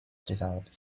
developed